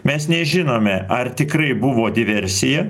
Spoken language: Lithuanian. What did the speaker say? mes nežinome ar tikrai buvo diversija